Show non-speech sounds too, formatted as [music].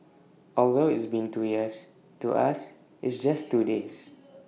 although it's been two years to us it's just two days [noise]